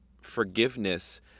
forgiveness